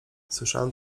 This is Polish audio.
słyszałem